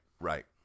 right